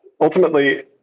Ultimately